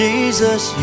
Jesus